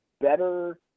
better